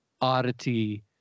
oddity